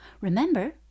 Remember